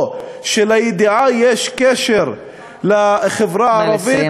או שלידיעה יש קשר לחברה הערבית נא לסיים,